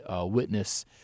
witness